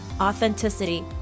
authenticity